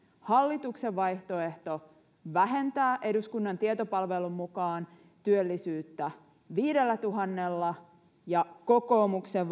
hallituksen vaihtoehto vähentää eduskunnan tietopalvelun mukaan työllisyyttä viidellätuhannella ja kokoomuksen